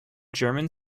german